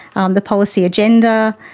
um the policy agenda,